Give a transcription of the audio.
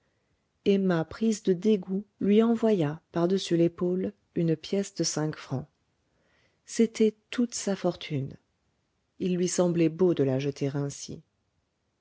emma prise de dégoût lui envoya par-dessus l'épaule une pièce de cinq francs c'était toute sa fortune il lui semblait beau de la jeter ainsi